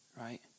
Right